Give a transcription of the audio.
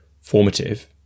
formative